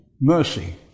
mercy